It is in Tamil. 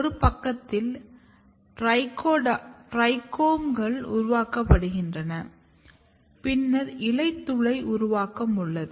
ஒரு பக்கத்தில் ட்ரைக்கோம்கள் உருவாக்கப்பட்டுள்ளன பின்னர் இலைத்துளை உருவாக்கம் உள்ளது